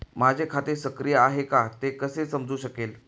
माझे खाते सक्रिय आहे का ते कसे समजू शकेल?